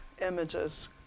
images